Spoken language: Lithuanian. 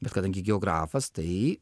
bet kadangi geografas tai